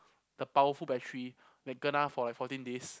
the powerful battery that kena for like fourteen days